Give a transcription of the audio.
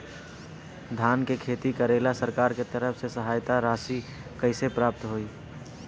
धान के खेती करेला सरकार के तरफ से सहायता राशि कइसे प्राप्त होइ?